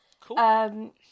Cool